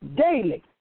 daily